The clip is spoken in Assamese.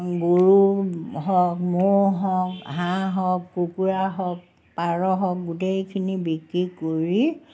গৰু হওক ম'হ হওক হাঁহ হওক কুকুৰা হওক পাৰ হওক গোটেইখিনি বিক্ৰী কৰি